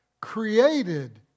created